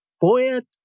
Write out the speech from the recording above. poet